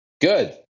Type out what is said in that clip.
Good